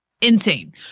Insane